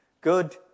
good